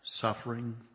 Suffering